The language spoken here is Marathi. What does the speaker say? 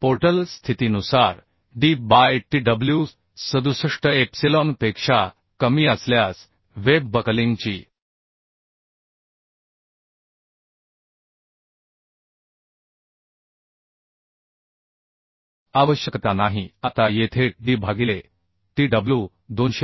पोर्टल स्थितीनुसार डी बाय टी डब्ल्यू 67 एप्सिलॉनपेक्षा कमी असल्यास वेब बकलिंगची आवश्यकता नाही आता येथे d भागिले tw 295